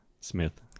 Smith